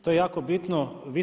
To je jako bitno.